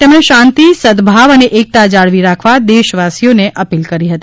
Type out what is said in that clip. તેમણે શાંતિ સદભાવ અને એકતા જાળવી રાખવા દેશવાસીઓને અપીલ કરી હતી